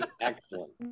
Excellent